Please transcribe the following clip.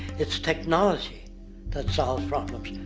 it's technology that solves problems,